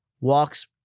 walks